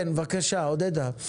בבקשה, עודדה.